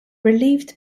relieved